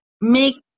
make